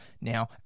Now